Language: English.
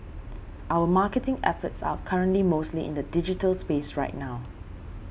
our marketing efforts are currently mostly in the digital space right now